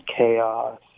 chaos